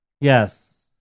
Yes